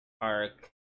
arc